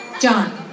John